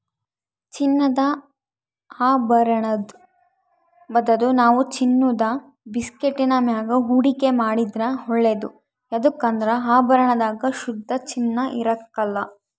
ಚಿನ್ನದ ಆಭರುಣುದ್ ಬದಲು ನಾವು ಚಿನ್ನುದ ಬಿಸ್ಕೆಟ್ಟಿನ ಮ್ಯಾಗ ಹೂಡಿಕೆ ಮಾಡಿದ್ರ ಒಳ್ಳೇದು ಯದುಕಂದ್ರ ಆಭರಣದಾಗ ಶುದ್ಧ ಚಿನ್ನ ಇರಕಲ್ಲ